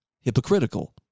hypocritical